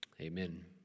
Amen